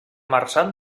marçal